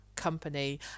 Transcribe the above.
company